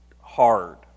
hard